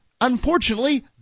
unfortunately